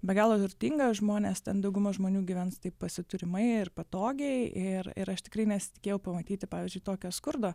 be galo turtinga žmonės ten dauguma žmonių gyvens taip pasiturimai ir patogiai ir ir aš tikrai nesitikėjau pamatyti pavyzdžiui tokio skurdo